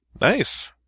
Nice